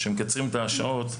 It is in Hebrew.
כשמקצרים את השעות,